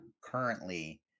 currently